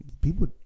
People